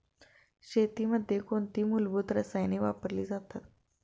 शेतीमध्ये कोणती मूलभूत रसायने वापरली जातात?